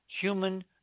Human